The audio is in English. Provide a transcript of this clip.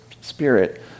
Spirit